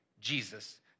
Jesus